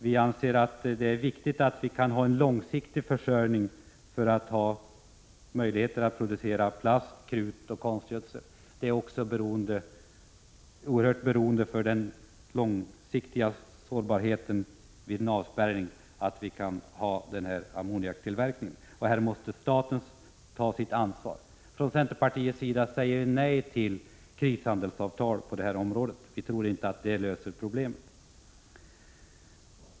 Vi anser att det är viktigt att ha en långsiktig försörjning för att ha möjligheter att producera plast, krut och konstgödsel. Det är oerhört viktigt med tanke på sårbarheten vid en långvarig avspärrning att vi kan upprätthålla ammoniaktillverkningen, och här måste staten ta sitt ansvar. Från centerpartiets sida säger vi nej till krishandelsavtal på det området. Vi tror inte att det löser problemen.